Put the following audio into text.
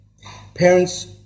Parents